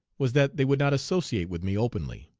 was that they would not associate with me openly.